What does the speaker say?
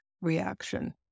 reaction